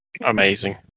Amazing